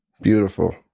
Beautiful